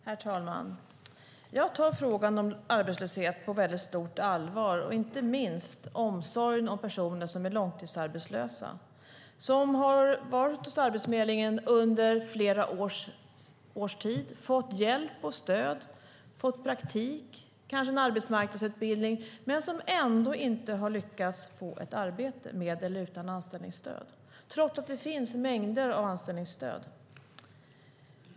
Herr talman! Jag tar frågan om arbetslöshet på väldigt stort allvar och inte minst omsorgen om personer som är långtidsarbetslösa. De har varit hos Arbetsförmedlingen under flera års tid. De har fått hjälp, stöd, praktik och kanske en arbetsmarknadsutbildning. Men de har ändå inte lyckats få ett arbete med eller utan anställningsstöd, trots att det finns mängder av anställningsstöd.